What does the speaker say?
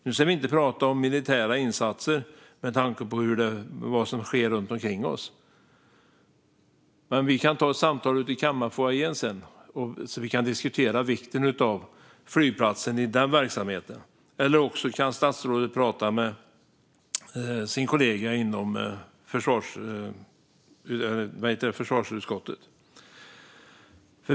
Nu ska vi inte prata om militära insatser med tanke på vad som sker runt omkring oss, men vi kan ta ett samtal ute i kammarfoajén sedan så att vi kan diskutera vikten av flygplatsen i den verksamheten. Eller också kan statsrådet prata med sin kollega i Försvarsdepartementet.